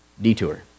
Detour